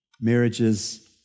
Marriage's